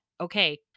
okay